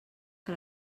que